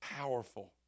Powerful